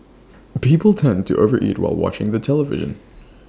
people tend to overeat while watching the television